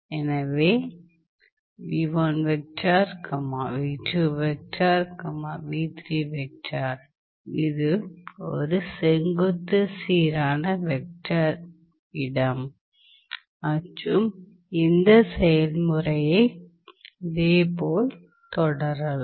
எனவே இது ஒரு செங்குத்து சீரான வெக்டர் இடம் மற்றும் இந்த செயல்முறையை இதேபோல் தொடரலாம்